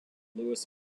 louis